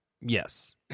Yes